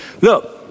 Look